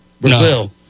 Brazil